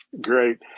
Great